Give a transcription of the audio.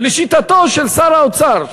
לשיטתו של שר האוצר,